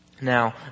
Now